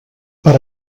per